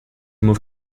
move